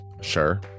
Sure